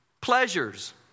pleasures